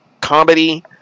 comedy